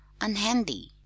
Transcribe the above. unhandy